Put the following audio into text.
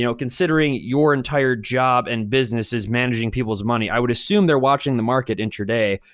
you know considering your entire job and business is managing people's money, i would assume they're watching the market intra-day.